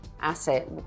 asset